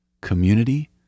Community